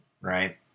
right